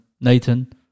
Nathan